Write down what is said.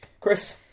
Chris